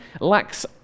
lacks